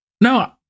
No